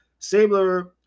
Sabler